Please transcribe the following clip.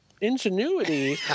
ingenuity